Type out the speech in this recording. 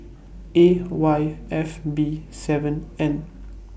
A Y F B seven N